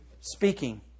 speaking